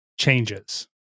changes